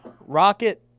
Rocket